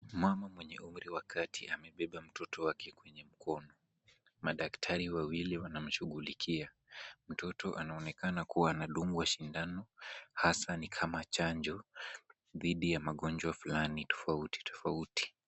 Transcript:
Mama mwenye umri wa kati amebeba mtoto wake kwenye mkono. Madaktari wawili wanamshughulikia. Mtoto anaonekana kuwa anadungwa sindano hasa ni kama chanjo dhidi ya magonjwa fulani tofauti tofauti.